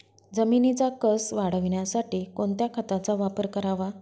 जमिनीचा कसं वाढवण्यासाठी कोणत्या खताचा वापर करावा?